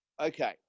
okay